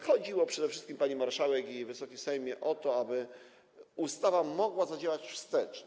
Chodziło przede wszystkim, pani marszałek, Wysoki Sejmie, o to, aby ustawa mogła zadziałać wstecz.